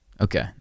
Okay